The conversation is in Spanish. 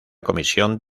comisión